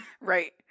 right